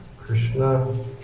Krishna